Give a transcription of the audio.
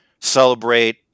celebrate